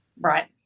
Right